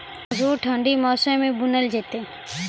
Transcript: मसूर ठंडी मौसम मे बूनल जेतै?